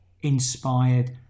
inspired